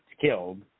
killed